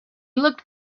looked